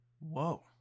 Whoa